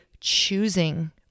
choosing